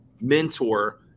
mentor